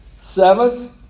Seventh